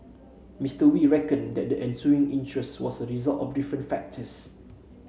Mister Wee reckoned that the ensuing interest was a result of different factors